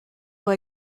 pour